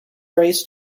prays